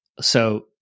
so-